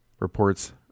Reports